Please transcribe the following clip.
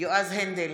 יועז הנדל,